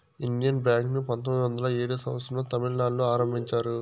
Indian Bank ను పంతొమ్మిది వందల ఏడో సంవచ్చరం లో తమిళనాడులో ఆరంభించారు